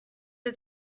are